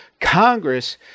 Congress